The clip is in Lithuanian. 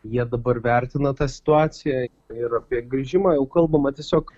jie dabar vertina tą situaciją ir apie grįžimą jau kalbama tiesiog